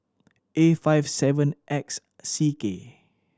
A five seven X C K